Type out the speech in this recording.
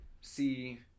see